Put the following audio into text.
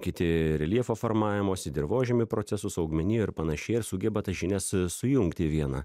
kiti reljefo formavimosi dirvožemy procesus augmeniją ir panašiai ir sugeba tas žinias sujungti į vieną